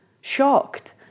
shocked